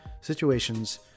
situations